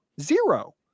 zero